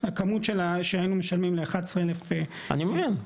הכמות שהיינו משלמים ל-11 אלף --- אני מבין,